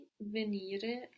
venire